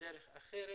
דרך אחרת.